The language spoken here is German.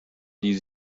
die